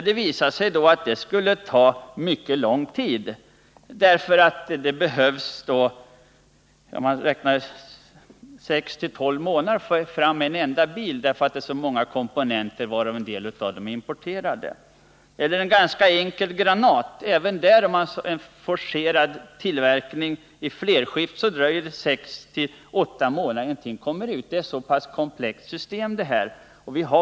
Det visade sig att det skulle ta mycket lång tid. Han räknade med att det skulle ta sex-tolv månader att få fram en enda bil, därför att dessa bilar innehåller många komponenter, varav en del importerade. Om man för en ganska enkel granat skulle vilja forcera tillverkningen genom att köra fler skift, så skulle det ändå dröja sex-åtta månader att få fram mer, eftersom systemet är ganska komplext.